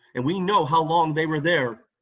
and we know how long they were there.